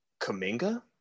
Kaminga